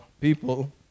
people